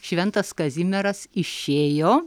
šventas kazimieras išėjo